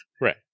right